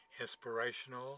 inspirational